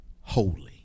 holy